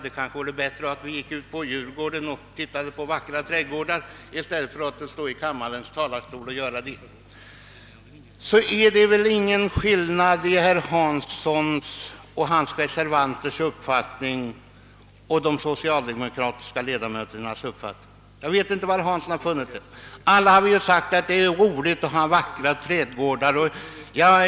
Det vore bättre att gå ut på Djurgården och titta på vackra trädgårdar än att tala om dem i kammarens talarstol. Det är väl ingen skillnad mellan herr Hanssons och hans reservanters uppfattning och de socialdemokratiska ledamöternas uppfattning. Alla har vi sagt att det är roligt att ha vackra trädgårdar.